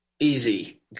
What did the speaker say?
easy